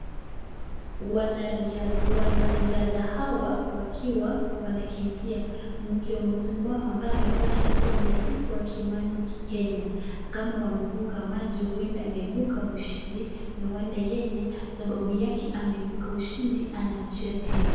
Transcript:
Wanariadha hawa wakiwa wanakimbia kuongozi mwa ambaye amevaa shati iliandikwa Kimani Kenya kama wamefunga macho huenda ameibuka ushindi nowanda yeye sababu yake ameibuka ushindi ana sherehekea.